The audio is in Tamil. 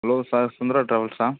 hello sir Sundara ட்ராவல்ஸா